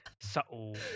subtle